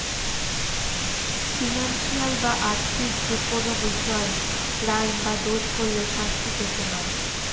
financial বা আর্থিক যেকোনো বিষয়ে ক্রাইম বা দোষ করলে শাস্তি পেতে হয়